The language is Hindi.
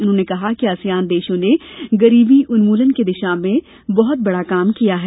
उन्होंने कहा कि आसियान देशों ने गरीबी उन्मूलन के दिशा में बहुत बड़ा काम किया है